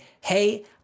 hey